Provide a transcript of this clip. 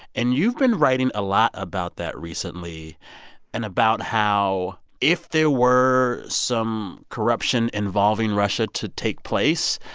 and you've been writing a lot about that recently and about how if there were some corruption involving russia to take place,